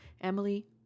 Emily